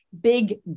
big